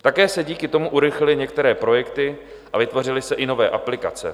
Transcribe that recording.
Také se díky tomu urychlily některé projekty a vytvořily se i nové aplikace.